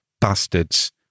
bastards